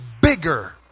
bigger